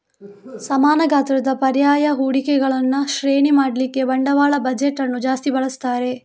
ಸಮಾನ ಗಾತ್ರದ ಪರ್ಯಾಯ ಹೂಡಿಕೆಗಳನ್ನ ಶ್ರೇಣಿ ಮಾಡ್ಲಿಕ್ಕೆ ಬಂಡವಾಳ ಬಜೆಟ್ ಅನ್ನು ಜಾಸ್ತಿ ಬಳಸ್ತಾರೆ